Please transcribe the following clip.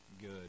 good